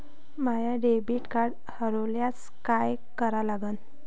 माय debit card हरोल्यास काय करा लागन?